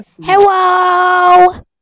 Hello